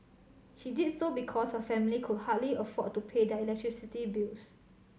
she did so because her family could hardly afford to pay their electricity bills